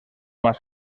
más